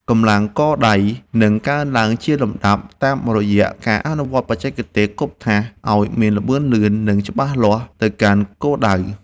កម្លាំងកដៃនឹងកើនឡើងជាលំដាប់តាមរយៈការអនុវត្តបច្ចេកទេសគប់ថាសឱ្យមានល្បឿនលឿន និងច្បាស់លាស់ទៅកាន់គោលដៅ។